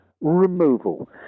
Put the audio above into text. removal